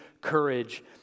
courage